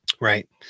Right